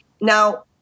Now